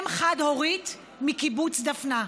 אם חד-הורית מקיבוץ דפנה.